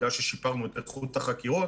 בגלל ששיפרנו את איכות החקירות,